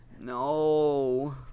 No